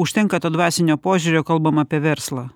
užtenka to dvasinio požiūrio kalbam apie verslą